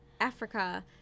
Africa